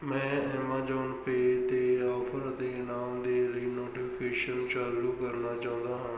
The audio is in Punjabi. ਮੈਂ ਐਮਾਜ਼ਾਨ ਪੇ 'ਤੇ ਆਫ਼ਰ ਅਤੇ ਇਨਾਮ ਦੇ ਲਈ ਨੋਟੀਫਿਕੇਸ਼ਨ ਚਾਲੂ ਕਰਨਾ ਚਾਹੁੰਦਾ ਹਾਂ